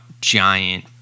giant